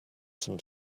some